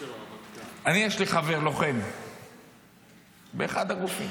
אני, יש לי חבר לוחם באחד הגופים.